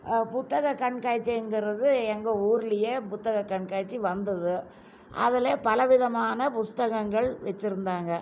புத்தக கண்காட்சிங்கிறது எங்கள் ஊரிலயே புத்தக கண்காட்சி வந்தது அதில் பலவிதமான புத்தகங்கள் வைச்சிருந்தாங்க